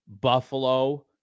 Buffalo